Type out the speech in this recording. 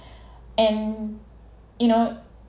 and you know